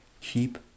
keep